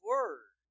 Word